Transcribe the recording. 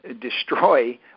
destroy